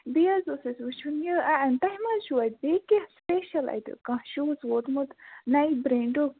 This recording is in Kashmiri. بیٚیہِ حظ اوس اَسہِ وُچھُن یہِ تۄہہِ ما حظ چھُو اَتہِ بیٚیہِ کیٚنٛہہ سُپیٚشَل اَتہِ کانٛہہ شوٗز ووتمُت نَیہِ برٛینٛڈُک